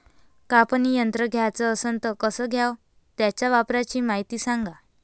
कापनी यंत्र घ्याचं असन त कस घ्याव? त्याच्या वापराची मायती सांगा